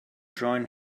join